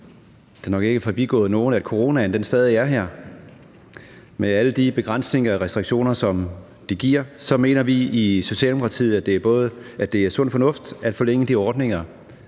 det nok ikke er forbigået nogen, at coronaen stadig er her med alle de begrænsninger og restriktioner, som det giver, så mener vi i Socialdemokratiet, at det er sund fornuft at forlænge de ordninger,